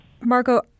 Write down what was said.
Marco